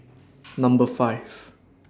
Number five